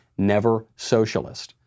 NEVERSOCIALIST